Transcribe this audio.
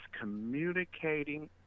communicating